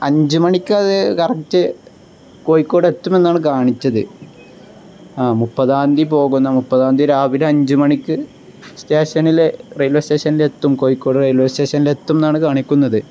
അഞ്ച് മണിക്ക് അത് കറക്റ്റ് കോഴിക്കോട് എത്തുമെന്നാണ് കാണിച്ചത് ആ മുപ്പതാം തിയ്യതി പോകുന്ന മുപ്പതാം തിയ്യതി രാവിലെ അഞ്ച് മണിക്ക് സ്റ്റേഷനിൽ റെയിൽവേ സ്റ്റേഷനിൽ എത്തും കോഴിക്കോട് റെയിൽവേ സ്റ്റേഷനിൽ എത്തും എന്നാണ് കാണിക്കുന്നത്